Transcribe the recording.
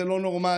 זה לא נורמלי.